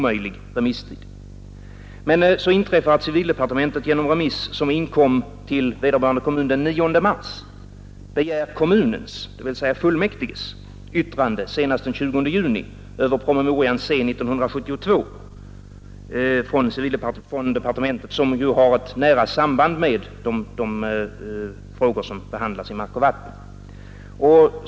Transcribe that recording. Men så inträffar att civildepartementet genom remiss som inkommer till vederbörande kommun den 9 mars begär kommunens — dvs. fullmäktiges — yttrande senast den 20 juni över departementets promemoria Ds C 1972:1, som ju har ett nära samband med de frågor som behandlas i Hushållning med mark och vatten.